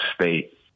State